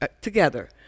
Together